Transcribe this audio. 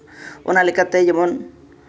ᱚᱱᱟ ᱞᱮᱠᱟᱛᱮ ᱡᱮᱢᱚᱱ